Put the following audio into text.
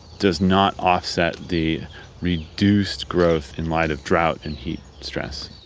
does not offset the reduced growth in light of drought and heat stress.